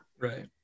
right